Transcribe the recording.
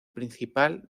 principal